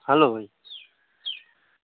hello ଭାଇ